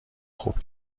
خوب